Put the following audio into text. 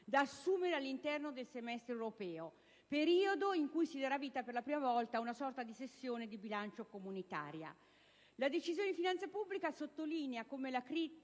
da assumere all'interno del semestre europeo, periodo in cui si darà vita per la prima volta a una sorta di sessione di bilancio comunitaria. La Decisione di finanza pubblica sottolinea come la